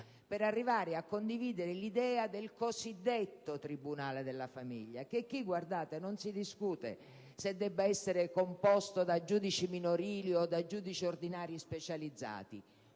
per arrivare a condividere l'idea del cosiddetto tribunale della famiglia. Qui, guardate, non si discute se tale organo debba essere composto da giudici minorili o da giudici ordinari specializzati,